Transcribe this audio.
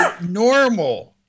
normal